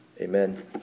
Amen